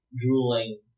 drooling